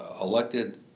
elected